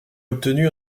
obtenu